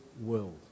world